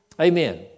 Amen